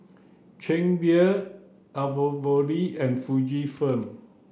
Chang Beer and Fujifilm